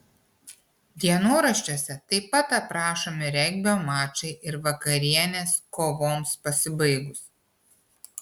dienoraščiuose taip pat aprašomi regbio mačai ir vakarienės kovoms pasibaigus